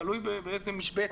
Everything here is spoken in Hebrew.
תלוי באיזו משבצת,